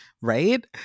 right